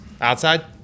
Outside